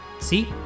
See